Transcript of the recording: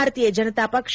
ಭಾರತೀಯ ಜನತಾ ಪಕ್ಷ